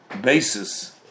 basis